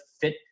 fit